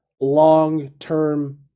Long-term